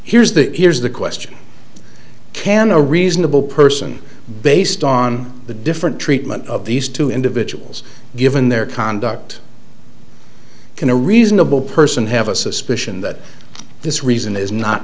here's the here's the question can a reasonable person based on the different treatment of these two individuals given their conduct can a reasonable person have a suspicion that this reason is not